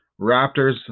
Raptors